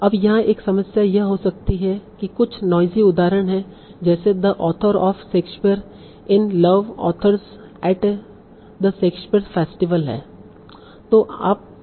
अब यहाँ एक समस्या यह हो सकती है कि कुछ नोइज़ी उदाहरण हैं जैसे the author of Shakespeare in love authors at the Shakespeare festival हैं